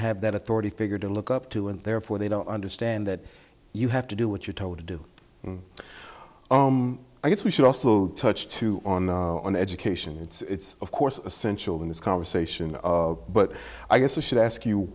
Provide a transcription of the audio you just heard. have that authority figure to look up to and therefore they don't understand that you have to do what you're told to do and i guess we should also touch too on an education it's of course essential in this conversation but i guess i should ask you